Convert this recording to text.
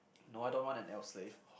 no I don't want an elf slave